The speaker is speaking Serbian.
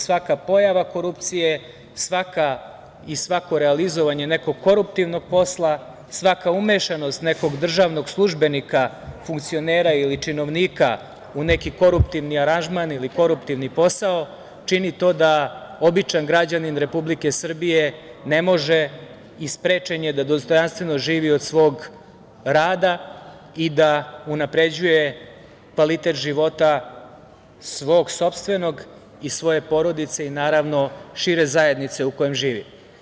Svaka pojava korupcije i svako realizovanje nekog koruptivnog posla, svaka umešanost nekog državnog službenika, funkcionera ili činovnika u neki koruptivni aranžman ili koruptivni posao čini to da običan građanin Republike Srbije ne može i sprečen je da dostojanstveno živi od svog rada i da unapređuje kvalitet života svog sopstvenog i svoje porodice i, naravno, šire zajednice u kojoj živi.